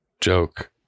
joke